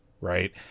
right